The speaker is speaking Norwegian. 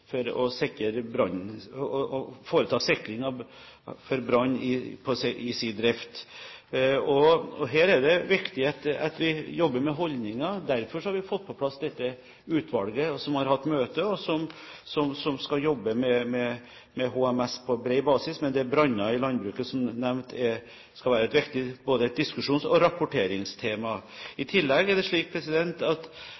å foreta sikring for brann i sin drift. Og her er det viktig at vi jobber med holdninger. Derfor har vi fått på plass dette utvalget, som har hatt møte, og som skal jobbe med HMS på bred basis, men der branner i landbruket som nevnt skal være et viktig diskusjons- og rapporteringstema.